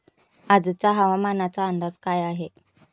आजचा हवामानाचा अंदाज काय आहे?